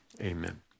Amen